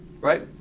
right